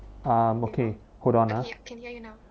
um okay hold on ah